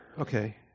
Okay